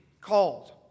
called